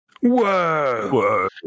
Whoa